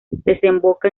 desemboca